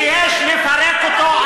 שיש לפרק אותו.